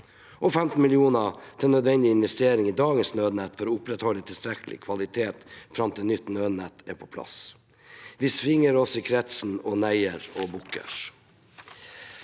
5) 15 mill. kr til nødvendige investeringer i dagens Nødnett for å opprettholde tilstrekkelig kvalitet fram til nytt Nødnett er på plass. «Vi svinger oss i kretsen og neier og bukker»,